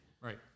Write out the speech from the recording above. right